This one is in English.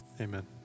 Amen